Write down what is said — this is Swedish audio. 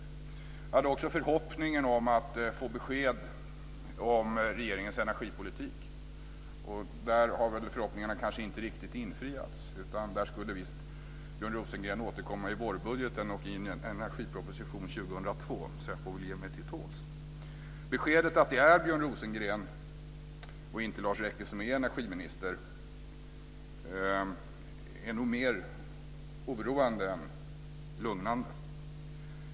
Jag hade också förhoppningen att få besked om regeringens energipolitik. Där har förhoppningarna kanske inte riktigt infriats. Björn Rosengren skulle visst återkomma i vårbudgeten och i en energiproposition 2002, så jag får väl ge mig till tåls. Beskedet att det är Björn Rosengren och inte Lars Rekke som är energiminister är nog mer oroande än lugnande.